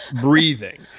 breathing